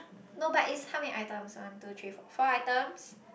no but its how many items one two three four four items